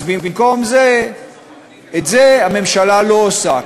את זה הממשלה לא עושה,